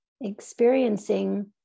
experiencing